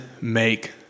make